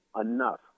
enough